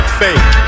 fake